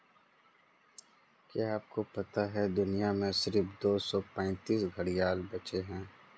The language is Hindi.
क्या आपको पता है दुनिया में सिर्फ दो सौ पैंतीस घड़ियाल बचे है?